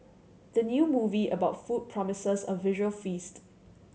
the new movie about food promises a visual feast